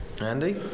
Andy